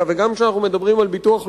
וגם כשאנחנו מדברים על ביטוח לאומי,